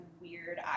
weird